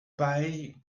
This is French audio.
paille